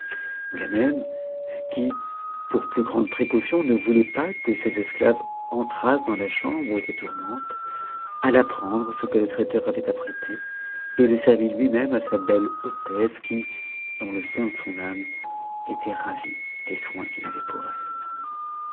ganem qui pour plus grande précaution ne voulait pas que ses esclaves entrassent dans la chambre où était tourmente alla prendre ce que le traiteur avait apprêté et le servit lui-même à sa belle hôtesse qui dans le fond de son âme était ravie des soins qu'il avait pour elle